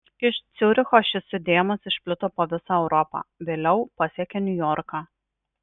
iš ciuricho šis judėjimas išplito po visą europą vėliau pasiekė niujorką